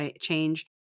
change